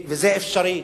וזה אפשרי.